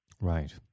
Right